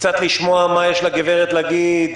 קצת לשמוע מה יש לגברת להגיד,